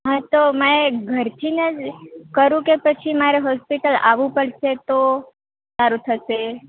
હા તો મેં ઘરથી ને જ કરુ કે પછી મારે હોસ્પિટલ આવુ પડશે તો સારુ થશે